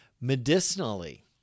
medicinally